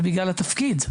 זה בגלל התפקיד.